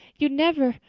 you'd never!